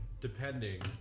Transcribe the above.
Depending